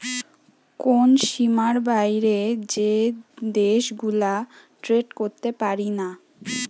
কোন সীমার বাইরে যে দেশ গুলা ট্রেড করতে পারিনা